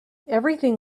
everything